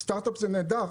סטרטאפ זה נהדר,